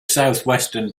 southwestern